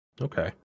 Okay